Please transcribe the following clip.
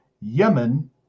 Yemen